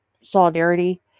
solidarity